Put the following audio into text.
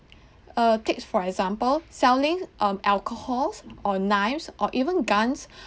err take for example selling um alcohols or knives or even guns